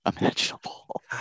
imaginable